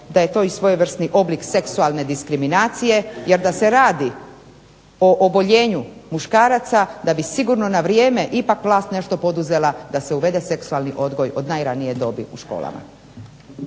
da je to i svojevrsni oblik seksualne diskriminacije jer da se radi o oboljenju muškaraca da bi sigurno na vrijeme ipak vlast nešto poduzela da se uvede seksualni odgoj od najranije dobi u školama.